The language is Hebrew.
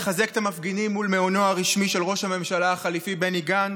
לחזק את המפגינים מול מעונו הרשמי של ראש הממשלה החליפי בני גנץ,